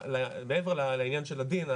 מעבר לעניין של הדין,